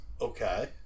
Okay